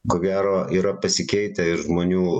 ko gero yra pasikeitę ir žmonių